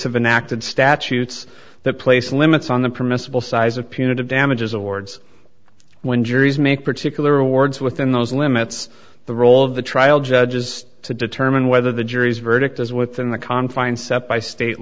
have enacted statutes that place limits on the permissible size of punitive damages awards when juries make particular awards within those limits the role of the trial judge is to determine whether the jury's verdict is within the confines set by state